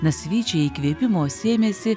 nasvyčiai įkvėpimo sėmėsi